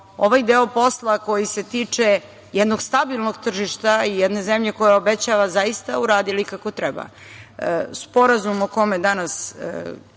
ovaj deo posla koji se tiče jednog stabilnog tržišta jedne zemlje koja obećava zaista uradili kako